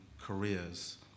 careers